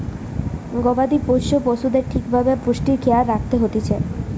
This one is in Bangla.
গবাদি পোষ্য পশুদের ঠিক ভাবে পুষ্টির খেয়াল রাখত হতিছে